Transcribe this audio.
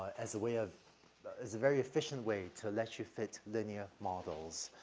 as a way of as a very efficient way to let you fit linear models.